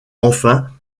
enfin